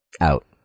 out